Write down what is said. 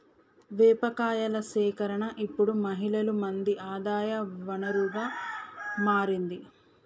వేప కాయల సేకరణ ఇప్పుడు మహిళలు మంది ఆదాయ వనరుగా మారింది